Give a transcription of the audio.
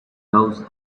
dawes